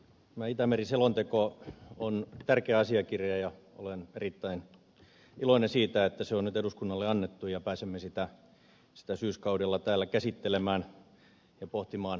tämä itämeri selonteko on tärkeä asiakirja ja olen erittäin iloinen siitä että se on nyt eduskunnalle annettu ja pääsemme sitä syyskaudella täällä käsittelemään ja pohtimaan sen sisältöjä